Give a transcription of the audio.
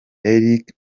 eric